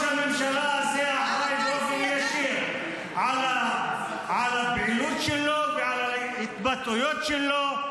הממשלה הזה אחראי באופן ישיר לפעילות שלו ולהתבטאויות שלו.